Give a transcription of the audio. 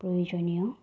প্ৰয়োজনীয়